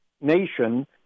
nation